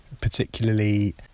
particularly